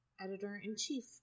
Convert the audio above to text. editor-in-chief